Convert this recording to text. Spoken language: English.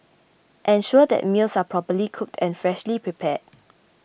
ensure that meals are properly cooked and freshly prepared